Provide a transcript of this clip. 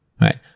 Right